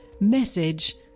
Message